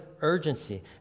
urgency